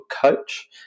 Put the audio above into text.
coach